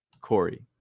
Corey